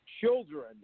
children